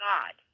God